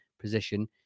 position